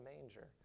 manger